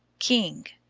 king.